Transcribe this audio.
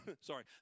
Sorry